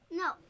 No